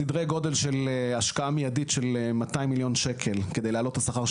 סדרי גודל של השקעה מיידית של 200 מיליון שקל כדי להעלות את השכר של